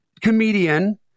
comedian